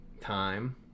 time